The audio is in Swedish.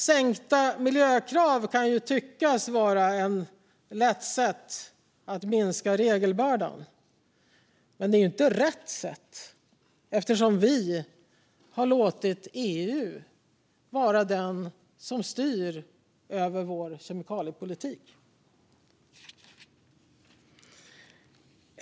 Sänkta miljökrav kan ju tyckas vara ett lätt sätt att minska regelbördan, men det är inte rätt sätt. Vi har låtit EU vara den som styr över vår kemikaliepolitik.